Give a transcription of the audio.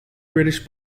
british